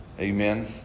Amen